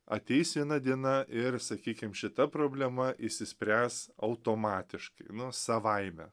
ateis viena diena ir sakykim šita problema išsispręs automatiški savaime